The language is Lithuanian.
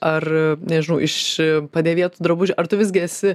ar nežinau iš padėvėtų drabužių ar tu visgi esi